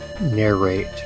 narrate